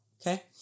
Okay